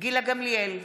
גילה גמליאל,